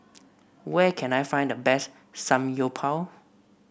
where can I find the best Samgyeopsal